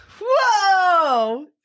Whoa